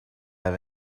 have